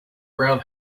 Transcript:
brown